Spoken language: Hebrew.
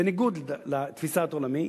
בניגוד לתפיסת עולמי.